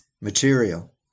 material